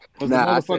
Nah